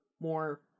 more